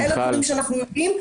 אלה הדברים שאנחנו יודעים.